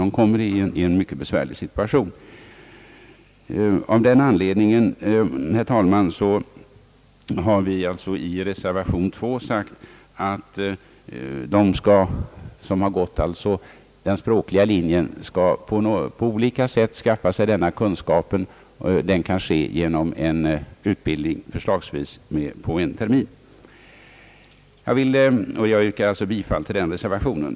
De kommer i en mycket besvärlig situation. Av den anledningen, herr talman, har vi i reservation 2 sagt att de som har gått den språkliga linjen på olika sätt skall skaffa sig denna kunskap. Detta kan ske förslagsvis genom en utbildning på en termin. Jag yrkar alltså bifall till den reservationen.